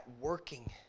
working